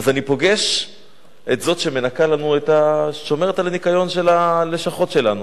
אני פוגש את זו ששומרת לנו על הניקיון של הלשכות שלנו.